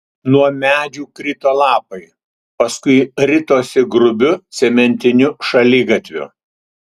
nuo medžių krito lapai paskui ritosi grubiu cementiniu šaligatviu